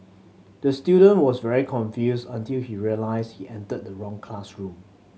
the student was very confused until he realised he entered the wrong classroom